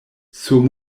sur